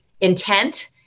intent